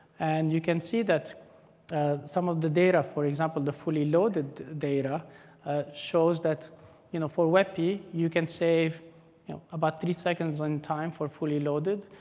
and you can see that some of the data for example, the fully loaded data ah shows that you know for webp, you can save you know about three seconds in time for fully loaded,